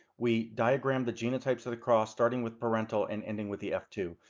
we diagramed the genotypes of the cross starting with parental and ending with the f two.